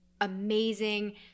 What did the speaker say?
amazing